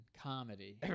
comedy